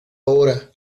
ahora